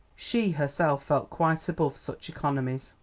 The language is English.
she herself felt quite above such economies.